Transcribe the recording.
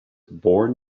born